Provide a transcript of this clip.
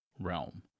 realm